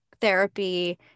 therapy